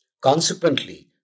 Consequently